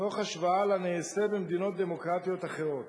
תוך השוואה לנעשה במדינות דמוקרטיות אחרות.